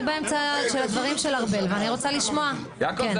דרך המלך כעת היא כמובן